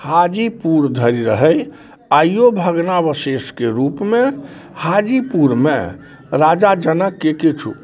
हाजीपुर धरि रहै आइयो भग्नावशेषके रूपमे हाजीपुरमे राजा जनकके किछु